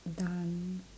done